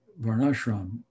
Varnashram